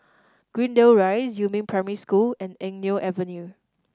Greendale Rise Yumin Primary School and Eng Neo Avenue